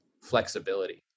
flexibility